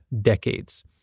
decades